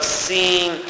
seeing